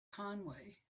conway